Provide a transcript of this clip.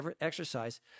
exercise